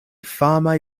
famaj